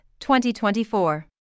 2024